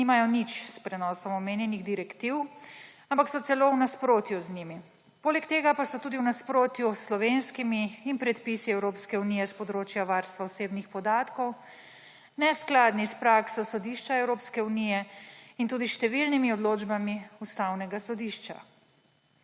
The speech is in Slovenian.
ki nimajo nič s prenosom omenjenih direktiv, ampak so celo v nasprotju z njimi. Poleg tega pa so tudi v nasprotju s slovenskimi predpisi in predpisi Evropske unije s področja varstva osebnih podatkov, neskladni s prakso sodišča Evropske unije in tudi s številnimi odločbami Ustavnega sodišča.